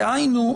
דהיינו,